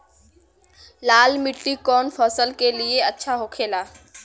लाल मिट्टी कौन फसल के लिए अच्छा होखे ला?